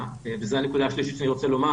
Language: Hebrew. וזו הנקודה השלישית שאני רוצה לומר